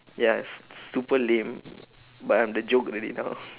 yes super lame but I am the joke already now